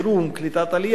קליטת עלייה ועוד.